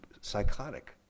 psychotic